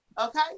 okay